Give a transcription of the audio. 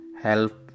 help